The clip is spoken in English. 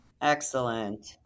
Excellent